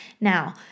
Now